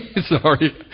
Sorry